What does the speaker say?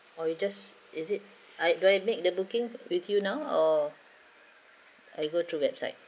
or you just is it I do I make the booking with you now or I go through website